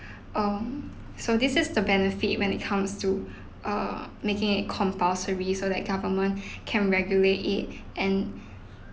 um so this is the benefit when it comes to uh making it compulsory so that government can regulate it and